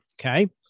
Okay